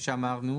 כפי שאמרנו,